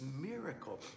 miracle